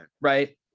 Right